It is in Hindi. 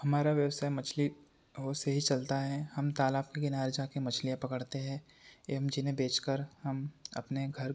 हमारा व्यवसाय मछली ओ से ही चलता है हम तालाब के किनारे जा कर मछलियाँ पकड़ते हैं एवम जिन्हें बेच कर हम अपने घर